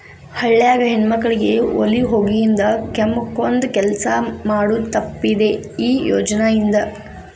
ಹಳ್ಯಾಗ ಹೆಣ್ಮಕ್ಕಳಿಗೆ ಒಲಿ ಹೊಗಿಯಿಂದ ಕೆಮ್ಮಕೊಂದ ಕೆಲಸ ಮಾಡುದ ತಪ್ಪಿದೆ ಈ ಯೋಜನಾ ಇಂದ